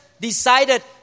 decided